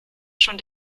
schon